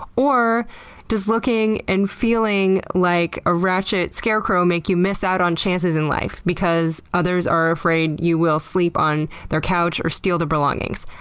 or does looking and feeling like a ratchet scarecrow make you miss out on chances in life, because others are afraid you will sleep on their couch or steal their belongings?